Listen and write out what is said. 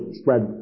spread